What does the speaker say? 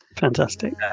fantastic